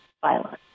violence